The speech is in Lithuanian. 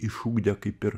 išugdė kaip ir